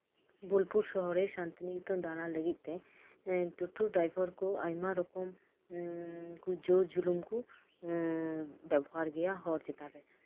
ᱵᱳᱞᱯᱩᱨ ᱥᱚᱦᱚᱨ ᱨᱮ ᱥᱟᱱᱛᱤᱱᱤᱠᱮᱛᱚᱱ ᱫᱟᱬᱟᱱ ᱞᱟᱹᱜᱤᱫ ᱛᱮ ᱴᱳᱴᱳ ᱰᱟᱭᱵᱷᱟᱨ ᱠᱚ ᱟᱭᱢᱟ ᱨᱚᱠᱚᱢ ᱡᱳᱨ ᱡᱩᱞᱩᱢ ᱠᱚ ᱵᱮᱵᱚᱦᱟᱨ ᱜᱮᱭᱟ ᱟᱭᱢᱟ ᱨᱚᱠᱚᱢ ᱦᱚᱲ ᱪᱮᱛᱟᱱ ᱨᱮ